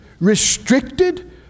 restricted